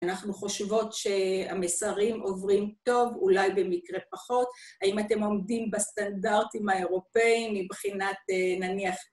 אנחנו חושבות שהמסרים עוברים טוב, אולי במקרה פחות. האם אתם עומדים בסטנדרטים האירופאיים מבחינת, נניח...